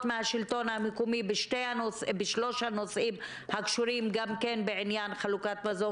מהשלטון המקומי בשלושת הנושאים הקשורים גם בחלוקת מזון